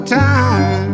time